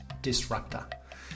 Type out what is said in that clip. Disruptor